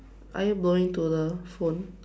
are you blowing to the phone